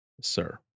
sir